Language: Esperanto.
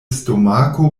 stomako